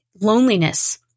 loneliness